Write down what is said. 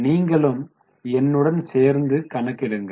நீங்களும் என்னுடன் சேர்ந்து கணக்கிடுங்கள்